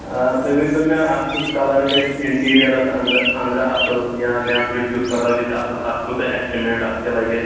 آ تُہۍ ؤنۍتَو مےٚ اتھ کیُتھ کَلر گژھِ اِنٹیٖریرس اَنٛدر اَنٛدرٕ اصٕل یا نیٚبرٕ کیُتھ کَلر گژھِ اصٕل اتھ کوتاہ ایسٹِمیٹ اتھ کیٛاہ لگہِ اَسہِ